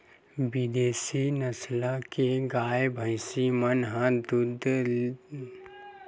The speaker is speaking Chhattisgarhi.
बिदेसी नसल के गाय, भइसी मन ह दूद तो जादा देथे फेर बेमार घलो झटकुन परथे